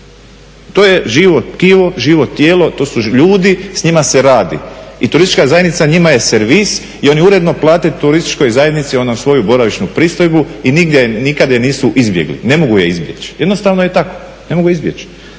To je živo tkivo, živo tijelo, to su ljudi, s njima se radi i turistička zajednica njima je servis i oni uredno plate turističkoj zajednici svoju boravišnu pristojbu i nikad je nisu izbjegli, ne mogu je izbjeći. Jednostavno je tako, ne mogu je izbjeći